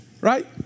Right